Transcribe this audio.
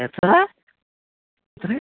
എത്ര എത്ര